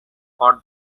for